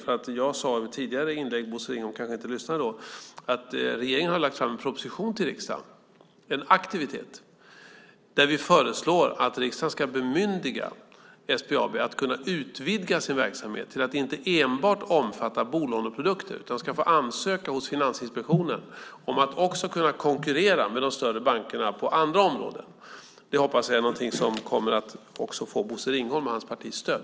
Jag sade nämligen i mitt tidigare inlägg - Bosse Ringholm kanske inte lyssnade då - att regeringen har lagt fram en proposition till riksdagen - en aktivitet - där vi föreslår att riksdagen ska bemyndiga SBAB att kunna utvidga sin verksamhet till att inte enbart omfatta bolåneprodukter, utan man ska få ansöka hos Finansinspektionen om att också kunna konkurrera med de större bankerna på andra områden. Det hoppas jag är någonting som kommer att få även Bosse Ringholms och hans partis stöd.